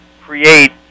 create